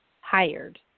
hired